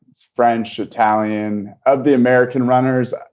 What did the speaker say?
it's french, italian of the american runners.